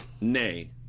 nay